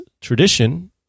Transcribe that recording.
tradition